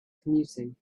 commuting